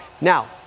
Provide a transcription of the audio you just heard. Now